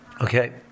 Okay